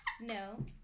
No